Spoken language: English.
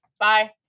Bye